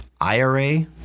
IRA